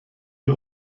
wir